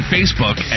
Facebook